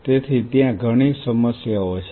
તેથી ત્યાં ઘણી સમસ્યાઓ છે